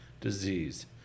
disease